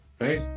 right